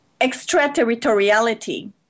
extraterritoriality